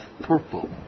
purple